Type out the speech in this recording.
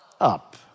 up